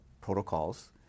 protocols